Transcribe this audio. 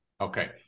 Okay